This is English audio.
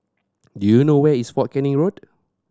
do you know where is Fort Canning Road